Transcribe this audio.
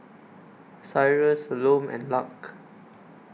Cyrus Salome and Lark